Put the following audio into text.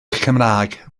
cymraeg